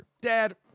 dad